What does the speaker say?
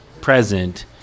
present